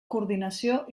coordinació